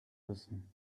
wissen